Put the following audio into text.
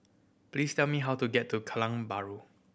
please tell me how to get to Kallang Bahru